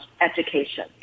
education